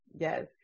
yes